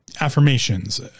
Affirmations